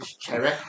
cherry